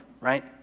right